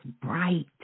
bright